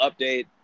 update